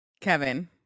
Kevin